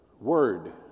word